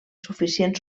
suficient